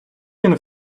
він